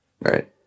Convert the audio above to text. Right